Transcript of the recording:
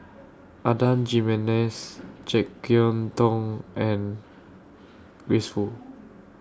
Adan Jimenez Jek Yeun Thong and Grace Fu